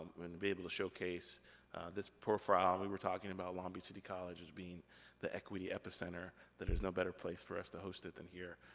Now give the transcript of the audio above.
be able to showcase this profile. we were talking about long beach city college as being the equity epicenter. that there's no better place for us to host it than here,